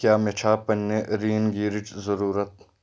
کیٛاہ مےٚ چھا پنٛنہِ ریٖن گیٖرِچ ضرورت